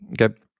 Okay